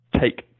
take